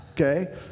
okay